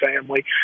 family